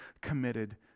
committed